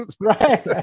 Right